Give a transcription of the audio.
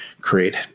create